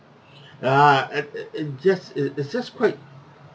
ya uh it it just it is just quite